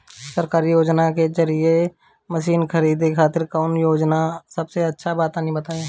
सरकारी योजना के जरिए मशीन खरीदे खातिर कौन योजना सबसे अच्छा बा तनि बताई?